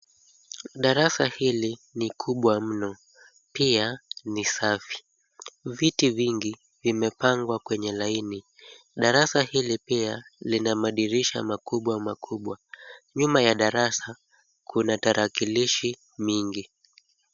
Darasa hili ni kubwa mno, pia ni safi. Viti vingi vimepangwa kwenye laini. Darasa hili pia lina madirisha makubwa makubwa. Nyuma ya darasa kuna tarakilishi mingi.